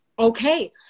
Okay